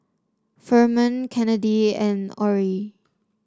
Ferman Kennedy and Orie